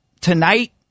tonight